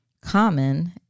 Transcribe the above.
Common